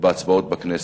בהצבעות בכנסת.